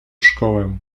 szkołę